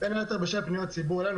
בין היתר בשל ריבוי פניות ציבור אלינו